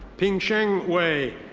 pingsheng wei.